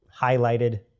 highlighted